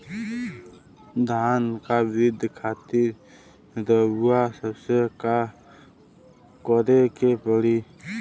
धान क वृद्धि खातिर रउआ सबके का करे के पड़ी?